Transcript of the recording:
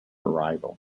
arrival